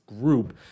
group